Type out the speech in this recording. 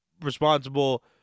responsible